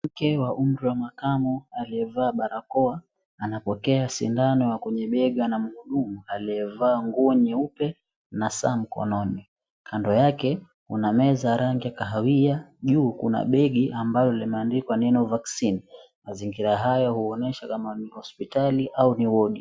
Mwanamke mwenye umri wa makamo amevaa barakoa anapokea sindano kwenye bega na mhudumu aliyevaa nguo nyeupe na saa mkononi. Kando yake kuna meza ya rangi ya kahawia, juu kuna begi lililoandikwa neno vaccine mazingira haya yanaonyesha kuwa ni hospitali au ni wodi.